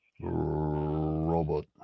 Robot